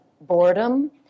boredom